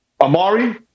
Amari